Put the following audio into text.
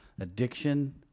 addiction